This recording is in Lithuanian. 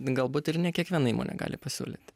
galbūt ir ne kiekviena įmonė gali pasiūlyt